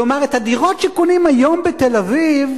כלומר, הדירות שקונים היום בתל-אביב,